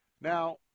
Now